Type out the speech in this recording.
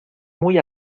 muy